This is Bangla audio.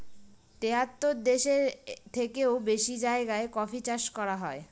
তেহাত্তর দেশের থেকেও বেশি জায়গায় কফি চাষ করা হয়